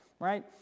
Right